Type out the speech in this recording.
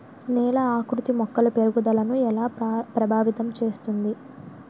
నేల ఆకృతి మొక్కల పెరుగుదలను ఎలా ప్రభావితం చేస్తుంది?